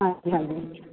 ਹਾਂਜੀ ਹਾਂਜੀ